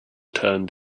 turned